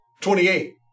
Twenty-eight